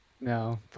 No